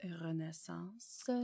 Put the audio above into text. renaissance